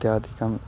इत्यादिकम्